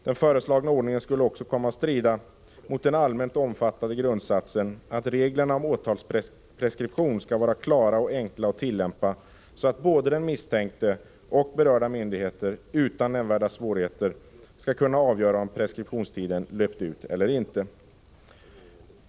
Den föreslagna ordningen skulle också komma att strida mot den allmänt omfattande grundsatsen att reglerna om åtalspreskription skall vara klara och enkla att tillämpa, så att både den misstänkte och berörda myndigheter utan nämnvärda svårigheter skall kunna avgöra om preskriptionstiden löpt ut eller inte.